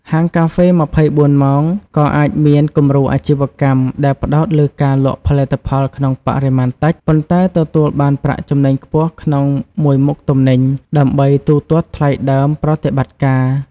ហាងកាហ្វេ ២៤ ម៉ោងក៏អាចមាន គំរូអាជីវកម្ម ដែលផ្តោតលើការលក់ផលិតផលក្នុងបរិមាណតិច ប៉ុន្តែទទួលបានប្រាក់ចំណេញខ្ពស់ក្នុងមួយមុខទំនិញ ដើម្បីទូទាត់ថ្លៃដើមប្រតិបត្តិការ។